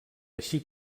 així